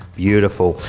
beautiful.